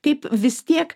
kaip vis tiek